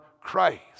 Christ